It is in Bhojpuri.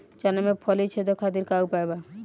चना में फली छेदक खातिर का उपाय बा?